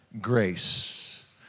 grace